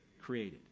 Created